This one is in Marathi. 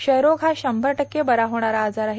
क्षयरोग हा शंमर टक्के बरा होणारा आजार आहे